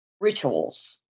rituals